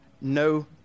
no